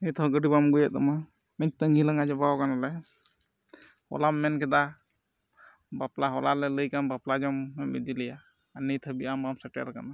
ᱱᱤᱛ ᱦᱚᱸ ᱜᱟᱹᱰᱤ ᱵᱟᱢ ᱟᱹᱜᱩᱭᱮᱫ ᱛᱟᱢᱟ ᱱᱤᱛ ᱛᱟᱹᱜᱤ ᱞᱟᱜᱟ ᱪᱟᱵᱟ ᱠᱟᱱᱟ ᱞᱮ ᱦᱚᱞᱟᱢ ᱢᱮᱱ ᱠᱮᱫᱟ ᱵᱟᱯᱞᱟ ᱦᱚᱞᱟ ᱞᱮ ᱞᱟᱹᱭ ᱠᱟᱢ ᱵᱟᱯᱞᱟ ᱡᱚᱢ ᱤᱫᱤ ᱞᱮᱭᱟ ᱟᱨ ᱱᱤᱛ ᱦᱟᱹᱵᱤᱡ ᱟᱢ ᱵᱟᱢ ᱥᱮᱴᱮᱨ ᱠᱟᱱᱟ